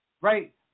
right